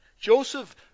Joseph